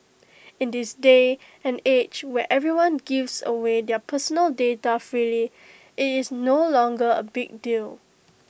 in this day and age where everyone gives away their personal data freely IT is no longer A big deal